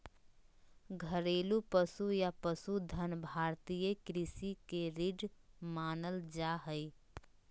घरेलू पशु या पशुधन भारतीय कृषि के रीढ़ मानल जा हय